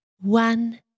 one